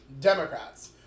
Democrats